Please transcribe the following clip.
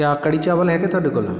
ਕਿਆ ਕੜੀ ਚਾਵਲ ਹੈਗੇ ਤੁਹਾਡੇ ਕੋਲ